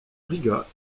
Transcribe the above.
riga